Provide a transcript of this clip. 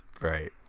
right